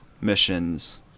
missions